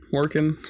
working